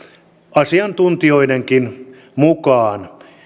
asiantuntijoidenkin mukaan